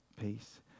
peace